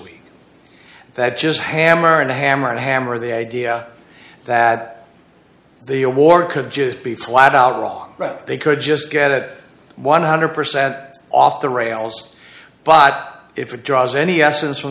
week that just hammer and a hammer to hammer the idea that the award could just be flat out wrong they could just get it one hundred percent off the rails but if it draws any essence